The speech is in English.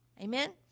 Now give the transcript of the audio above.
Amen